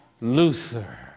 Luther